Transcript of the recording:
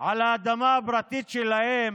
על האדמה הפרטית שלהם,